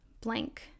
blank